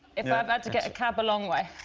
if i um had to get a cab a long way.